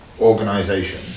organization